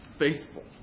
faithful